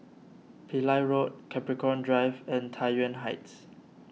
Pillai Road Capricorn Drive and Tai Yuan Heights